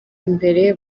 imbere